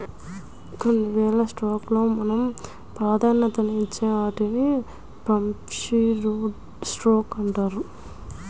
కొన్నివేల స్టాక్స్ లో మనం ప్రాధాన్యతనిచ్చే వాటిని ప్రిఫర్డ్ స్టాక్స్ అంటారు